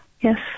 yes